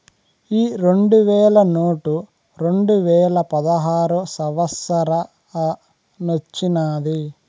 ఈ రెండు వేల నోటు రెండువేల పదహారో సంవత్సరానొచ్చినాది